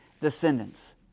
descendants